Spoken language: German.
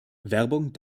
werbung